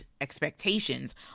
expectations